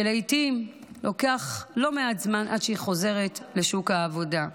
שלעיתים לוקח לא מעט זמן עד שהיא חוזרת לשוק העבודה?